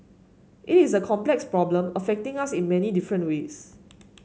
it is a complex problem affecting us in many different ways